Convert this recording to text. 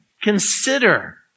consider